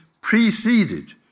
preceded